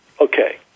okay